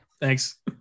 Thanks